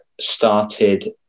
started